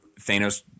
Thanos